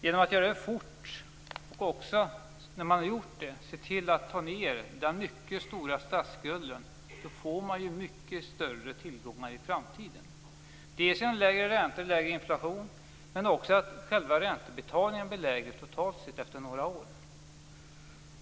Genom att göra detta fort och när man hade gjort det ta ned den mycket stora statsskulden åstadkom man mycket större tillgångar för framtiden: dels lägre ränta och lägre inflation, dels efter några år lägre räntebetalningar totalt sett.